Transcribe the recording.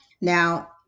Now